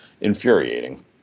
infuriating